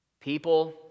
people